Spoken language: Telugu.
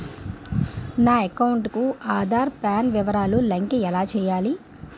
నా అకౌంట్ కు ఆధార్, పాన్ వివరాలు లంకె ఎలా చేయాలి?